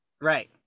Right